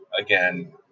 again